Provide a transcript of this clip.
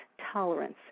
tolerance